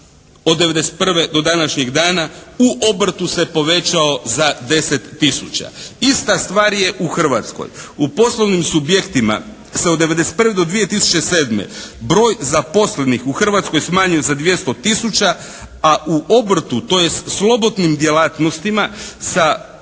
Od 1991. do današnjeg dana u obrtu se povećao za 10 tisuća. Ista stvar je u Hrvatskoj. U poslovnim subjektima se od 1991. do 2007. broj zaposlenih u Hrvatskoj smanjio za 200 tisuća. A u obrtu tj. slobodnim djelatnostima sa